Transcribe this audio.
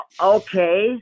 okay